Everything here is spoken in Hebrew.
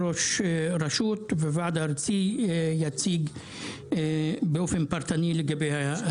תבור, והוא היה צריך לעקוף את כפר תבור.